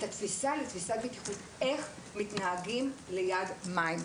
את תפיסת הבטיחות של איך מתנהגים ליד מים.